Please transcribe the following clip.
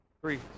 Three